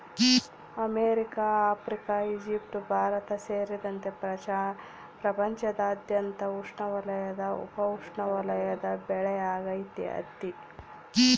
America Africa Egypt Bharat ಸೇರಿದಂತೆ ಪ್ರಪಂಚದಾದ್ಯಂತ ಉಷ್ಣವಲಯದ ಉಪೋಷ್ಣವಲಯದ ಬೆಳೆಯಾಗೈತಿ ಹತ್ತಿ